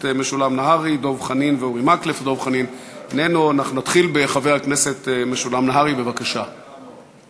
3885, 3891 ו-3924, של חברי הכנסת משולם נהרי, דב